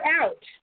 out